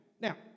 now